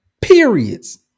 periods